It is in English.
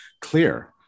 clear